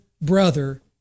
brother